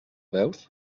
veus